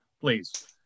please